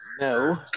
no